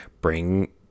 bring